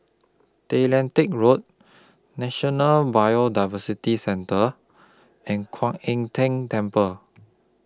Tay Lian Teck Road National Biodiversity Centre and Kuan Im Tng Temple